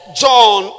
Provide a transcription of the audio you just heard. john